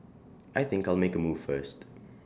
I think I'll make move first